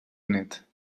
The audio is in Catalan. nét